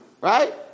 Right